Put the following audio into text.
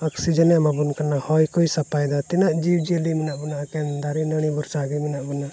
ᱚᱠᱥᱤᱡᱮᱱᱮ ᱮᱢᱟ ᱵᱚᱱ ᱠᱟᱱᱟ ᱦᱚᱭ ᱠᱚᱭ ᱥᱟᱯᱷᱟᱭᱮᱫᱟ ᱛᱤᱱᱟᱹᱜ ᱡᱤᱵᱽᱼᱡᱤᱭᱟᱹᱞᱤ ᱢᱮᱱᱟᱜ ᱵᱚᱱᱟ ᱮᱠᱮᱱ ᱫᱟᱨᱮᱼᱱᱟᱹᱲᱤ ᱵᱷᱚᱨᱥᱟ ᱜᱮ ᱢᱮᱱᱟᱜ ᱵᱚᱱᱟ